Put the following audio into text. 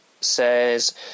says